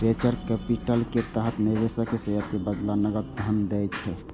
venture capital के तहत निवेशक शेयर के बदला नकद धन दै छै